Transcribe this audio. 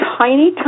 tiny